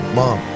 mom